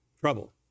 trouble